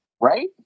right